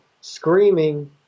screaming